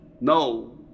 No